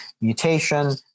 mutation